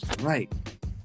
right